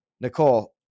Nicole